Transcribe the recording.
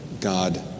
God